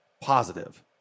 positive